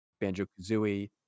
Banjo-Kazooie